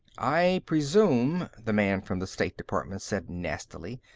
i presume, the man from the state department said nastily,